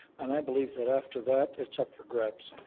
and i believe that after that, it's up for grabs.